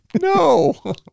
No